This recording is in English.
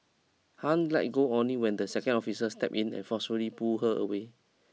Han let go only when the second officer stepped in and forcefully pulled her away